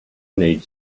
need